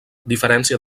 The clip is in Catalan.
diferència